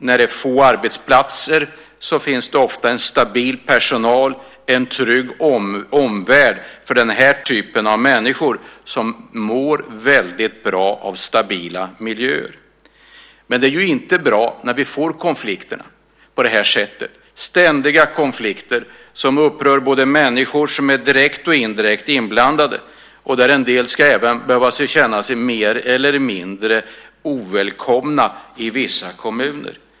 När det finns få arbetsplatser är personalen ofta stabil, vilket innebär en trygg omvärld för de människor som mår bra av just stabila miljöer. Däremot är det inte bra när vi får ständiga konflikter som upprör människor, både de direkt och indirekt inblandade, och där en del ska behöva känna sig mer eller mindre ovälkomna i vissa kommuner.